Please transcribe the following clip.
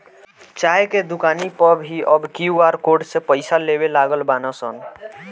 चाय के दुकानी पअ भी अब क्यू.आर कोड से पईसा लेवे लागल बानअ सन